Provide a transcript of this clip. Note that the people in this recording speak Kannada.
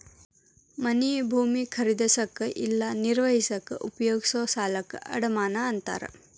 ಮನೆ ಭೂಮಿ ಖರೇದಿಸಕ ಇಲ್ಲಾ ನಿರ್ವಹಿಸಕ ಉಪಯೋಗಿಸೊ ಸಾಲಕ್ಕ ಅಡಮಾನ ಅಂತಾರ